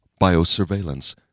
biosurveillance